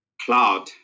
cloud